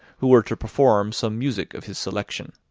who were to perform some music of his selection.